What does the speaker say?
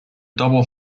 double